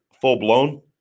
full-blown